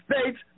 States